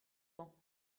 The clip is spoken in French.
ans